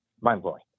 mind-blowing